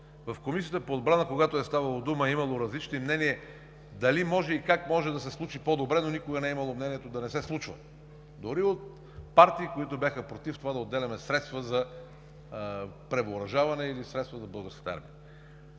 в Комисията по отбрана е имало различни мнения дали и как може да се случи по-добре, но никога не е имало мнение да не се случва дори от партии, които бяха против това да отделяме средства за превъоръжаване на Българската армия.